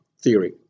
theory